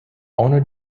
ohne